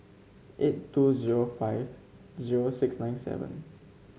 eight two zero five zero six nine seven